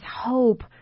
hope